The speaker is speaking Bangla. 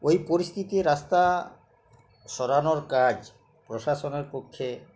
ওই পরিস্থিতি রাস্তা সামলানোর কাজ প্রশাসনের পক্ষে